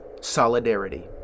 solidarity